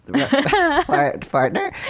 partner